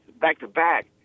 back-to-back